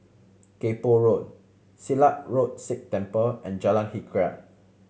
Kay Poh Road Silat Road Sikh Temple and Jalan Hikayat